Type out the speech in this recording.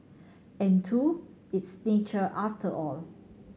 and two it's nature after all